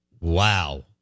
wow